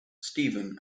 steven